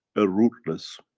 a ruthless